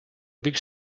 big